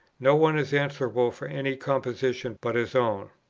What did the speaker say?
no one is answerable for any composition but his own.